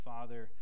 Father